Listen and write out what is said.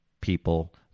people